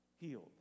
healed